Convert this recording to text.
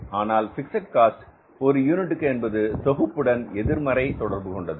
ஆனால் fixed cost ஒரு யூனிட்டுக்கு என்பது தொகுப்புடன் எதிர்மறை தொடர்பு கொண்டது